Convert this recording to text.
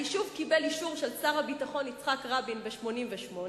היישוב קיבל אישור של שר הביטחון יצחק רבין ב-1988,